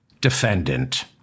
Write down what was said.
defendant